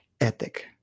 ethic